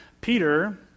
Peter